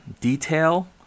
detail